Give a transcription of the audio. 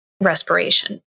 respiration